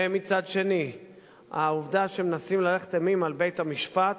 ומצד שני העובדה שמנסים להלך אימים על בית-המשפט,